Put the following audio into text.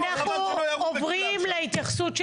אנחנו עוברים להתייחסות של